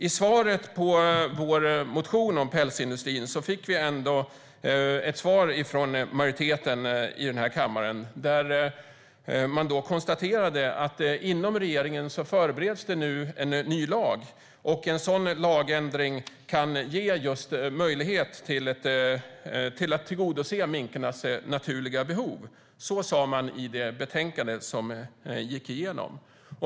I svaret på vår motion om pälsindustrin fick vi ändå ett svar från majoriteten i den här kammaren. Man konstaterade att inom regeringen förbereds det nu en ny lag. En sådan lagändring kan göra att minkarnas naturliga behov tillgodoses. Så sa man i betänkandet som gick igenom.